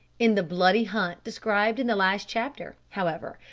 in the bloody hunt described in the last chapter, however,